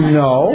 no